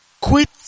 Quit